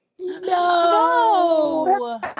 No